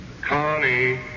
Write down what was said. Connie